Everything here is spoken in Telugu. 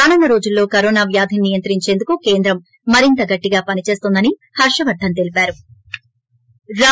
రానున్న రోజుల్లో కరోనా వ్యాధిని నియంత్రించేందుకు కేంద్రం మరింత ్గట్టిగా పనిచేస్తుందని హర్షవర్దన్ తెలిపారు